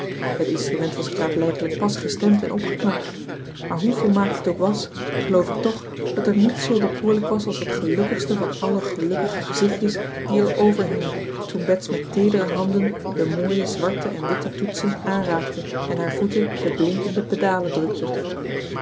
het instrument was klaarblijkelijk pas gestemd en opgeknapt maar hoe volmaakt het ook was geloof ik toch dat er niets zoo bekoorlijk was als dat gelukkigste van alle gelukkige gezichtjes die er over hingen toen bets met teedere handen de mooie zwarte en witte toetsen aanraakte en haar voeten de blinkende pedalen drukten